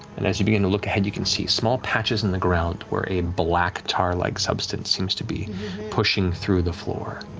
and as you begin to look ahead, you can see small patches in the ground, where a black tar-like substance seems to be pushing through the floor,